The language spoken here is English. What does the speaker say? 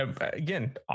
again